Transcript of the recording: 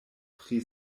pri